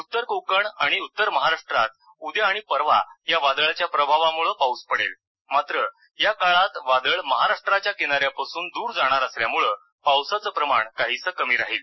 उत्तर कोकण आणि उत्तर महाराष्ट्रात उद्या आणि परवा या वादळाच्या प्रभावानं पाऊस पडेल मात्र या काळात वादळ महाराष्ट्राच्या किनाऱ्यापासून दूर जाणार असल्यानं पावसाचं प्रमाण काहीसं कमी राहील